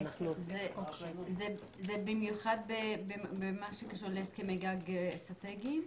זה במיוחד במה שקשור להסכמי גג אסטרטגיים?